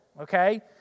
okay